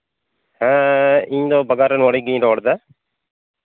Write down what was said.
ᱦᱮᱸ ᱤᱧᱫᱚ ᱵᱟᱜᱟᱱ ᱨᱮᱱ ᱢᱟᱹᱞᱤᱠ ᱜᱤᱧ ᱨᱚᱲᱮᱫᱟ